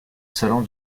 salon